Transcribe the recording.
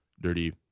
dirty